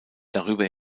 darüber